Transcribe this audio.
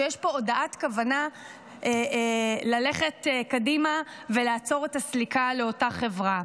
שיש פה הודעת כוונה ללכת קדימה ולעצור את הסליקה לאותה חברה.